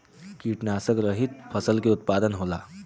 कीटनाशक रहित फसल के उत्पादन होला